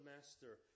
master